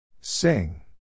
Sing